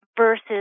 versus